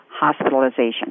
hospitalization